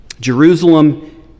Jerusalem